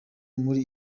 muri